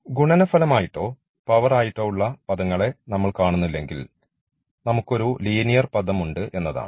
ഗുണനഫലം ആയിട്ടോ പവർ ആയിട്ടോ ഉള്ള പദങ്ങളെ നമ്മൾ കാണുന്നില്ലെങ്കിൽ നമുക്കൊരു ലീനിയർ പദം ഉണ്ട് എന്നതാണ്